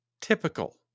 typical